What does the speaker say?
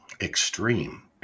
extreme